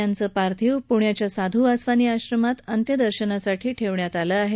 त्यांचं पार्थिव पुण्याच्या साधु वासवानी आश्रमात अंत्यदर्शनासाठी ठेवण्यात आलं आहे